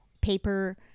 paper